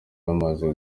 bameze